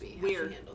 weird